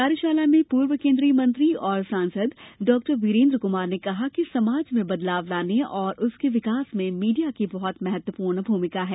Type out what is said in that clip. कार्यशाला में पूर्व केन्द्रीय मंत्री और सांसद डॉक्टर वीरेन्द्र कुमार ने कहा कि समाज में बदलाव लाने और उसके विकास में मीडिया की बहत महत्वपूर्ण भूमिका है